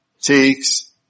takes